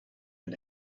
had